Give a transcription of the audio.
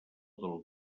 del